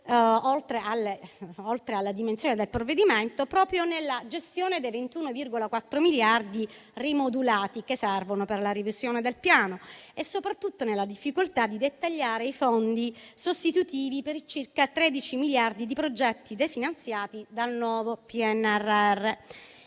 oltre che nella dimensione del provvedimento, proprio nella gestione dei 21,4 miliardi rimodulati che servono per la revisione del Piano e soprattutto nella difficoltà di dettagliare i fondi sostitutivi per circa 13 miliardi di progetti definanziati dal nuovo PNRR.